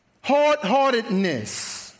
hard-heartedness